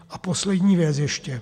A poslední věc ještě.